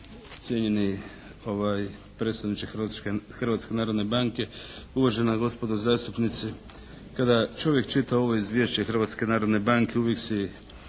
cijenjeni predstavniče Hrvatske narodne banke, uvažena gospodo zastupnici! Kada čovjek čita ovo izvješće Hrvatske narodne banke uvijek si